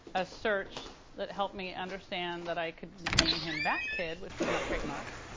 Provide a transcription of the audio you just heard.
a search that helped me understand that i could name him batkid, which was not trademarked.